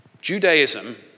Judaism